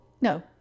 no